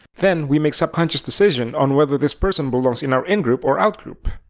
then, we make subconscious decisions on whether this person belongs in our ingroup or outgroup.